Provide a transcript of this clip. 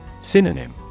Synonym